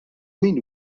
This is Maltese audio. min